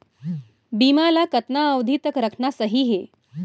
बीमा ल कतना अवधि तक रखना सही हे?